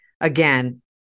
again